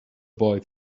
boy